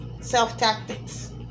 self-tactics